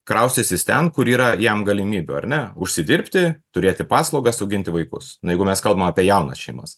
kraustysis ten kur yra jam galimybių ar ne užsidirbti turėti paslaugas auginti vaikus na jeigu mes kalbam apie jaunas šeimas